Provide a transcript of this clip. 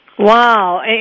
Wow